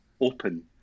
open